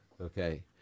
Okay